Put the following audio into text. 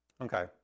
Okay